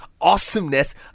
awesomeness